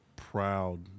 Proud